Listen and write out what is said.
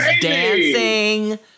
dancing